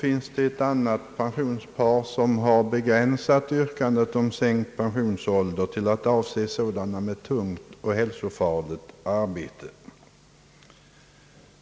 I ett annat motionspar begränsas yrkandet om sänkt pensionsålder till att avse personer med tungt och hälsofarligt arbete.